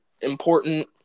important